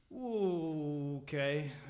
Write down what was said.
Okay